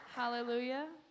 Hallelujah